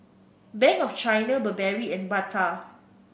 Bank of China Burberry and Bata